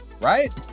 right